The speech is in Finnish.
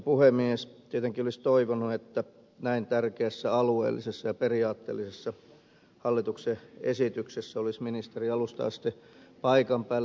tietenkin olisi toivonut että näin tärkeässä alueellisessa ja periaatteellisessa hallituksen esityksessä olisi ministeri alusta asti paikan päällä